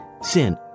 sin